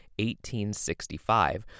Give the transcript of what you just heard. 1865